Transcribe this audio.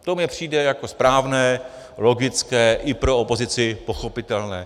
To mi přijde jako správné, logické, i pro opozici pochopitelné.